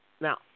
Now